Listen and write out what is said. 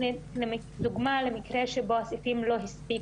דוגמא למקרה שבו החוקים לא הספיקו.